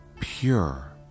pure